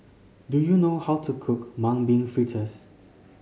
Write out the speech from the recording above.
do you know how to cook Mung Bean Fritters